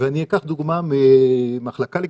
אני אקח דוגמה מהמחלקה לקורונה.